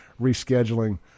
rescheduling